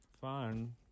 Fun